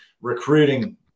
recruiting